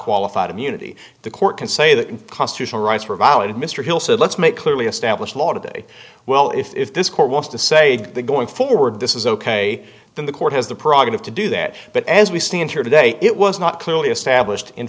qualified immunity the court can say that constitutional rights were violated mr hill so let's make clearly established law today well if if this court wants to say going forward this is ok then the court has the prerogative to do that but as we stand here today it was not clearly established in